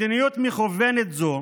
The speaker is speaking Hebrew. מדיניות מכוונת זו